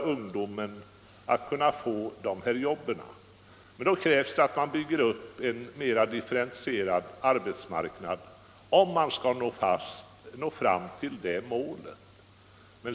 Men om man skall kunna nå fram till det målet, krävs att man bygger upp mer differentierade arbetsmarknader.